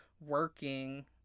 working